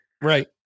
right